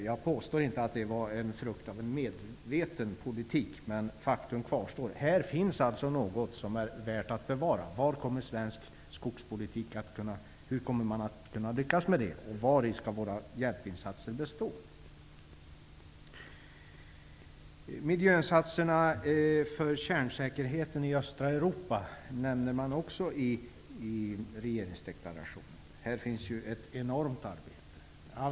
Jag påstår inte att det som skett i de svenska skogarna är frukten av en medveten politik, men faktum kvarstår. Det finns något som är värt att bevara i Baltikum. Hur kommer svensk skogspolitik att lyckas med det? Vari skall våra hjälpinsatser bestå? Insatserna för kärnsäkerheten i östra Europa nämns också i regeringsdeklarationen. Här finns ett enormt arbete att göra.